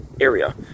area